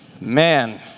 Man